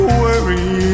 worry